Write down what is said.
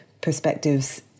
perspectives